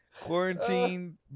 quarantine